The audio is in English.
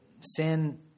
sin